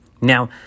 now